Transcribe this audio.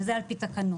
וזה על פי תקנות,